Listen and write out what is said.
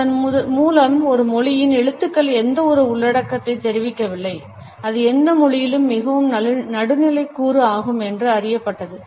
அதன் மூலம் ஒரு மொழியின் எழுத்துக்கள் எந்தவொரு உள்ளடக்கத்தையும் தெரிவிக்கவில்லை அது எந்த மொழியிலும் மிகவும் நடுநிலைக் கூறு ஆகும் என்று அறியப்பட்டது